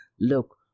look